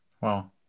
Wow